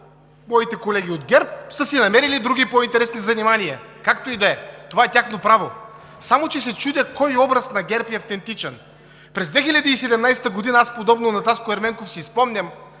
моите колеги от ГЕРБ са си намерили други по-интересни занимания. Както и да е, това е тяхно право, само че се чудя кой образ на ГЕРБ е автентичен. През 2017 г. аз, подобно на Таско Ерменков, си спомням